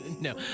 no